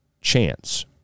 chance